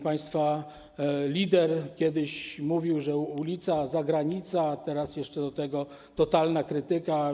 Państwa lider kiedyś mówił, że ulica i zagranica, a teraz jeszcze do tego totalna krytyka.